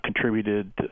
contributed